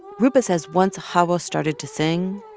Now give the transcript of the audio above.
roopa says once ah xawa started to sing,